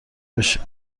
بشه